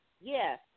yes